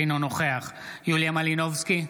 אינו נוכח יוליה מלינובסקי,